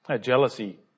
Jealousy